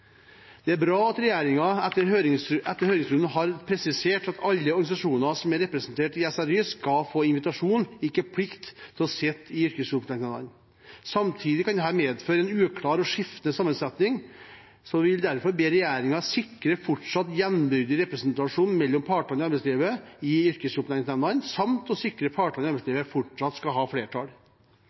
Det er bra at regjeringen etter høringsrunden har presisert at alle organisasjoner som er representert i SRY, skal få invitasjon, ikke plikt, til å sitte i yrkesopplæringsnemndene. Samtidig kan dette medføre en uklar og skiftende sammensetning. Vi vil derfor be regjeringen sikre fortsatt jevnbyrdig representasjon mellom partene i arbeidslivet i yrkesopplæringsnemndene, samt sikre at partene i arbeidslivet fortsatt skal ha flertall.